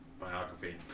Biography